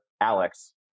Alex